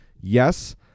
Yes